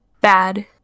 bad